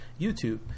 youtube